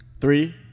Three